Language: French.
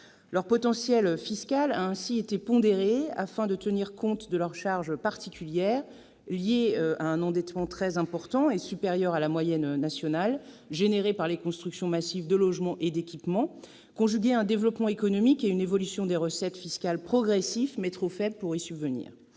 Leur potentiel fiscal a ainsi été pondéré afin de tenir compte de leurs charges particulières, liées à un endettement important, très supérieur à la moyenne nationale, engendré par des constructions massives de logements et d'équipements conjuguées à un développement économique et une évolution des recettes fiscales progressifs, mais trop faibles pour y subvenir.